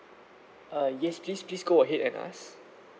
uh yes please please go ahead and ask